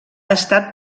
estat